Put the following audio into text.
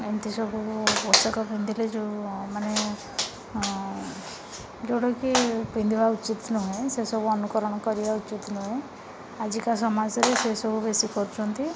ଏମିତି ସବୁ ପୋଷାକ ପିନ୍ଧିଲେ ଯେଉଁ ମାନେ ଯେଉଁଟାକି ପିନ୍ଧିବା ଉଚିତ୍ ନୁହେଁ ସେସବୁ ଅନୁକରଣ କରିବା ଉଚିତ୍ ନୁହେଁ ଆଜିକା ସମାଜରେ ସେସବୁ ବେଶୀ କରୁଛନ୍ତି